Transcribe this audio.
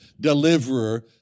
deliverer